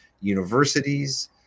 universities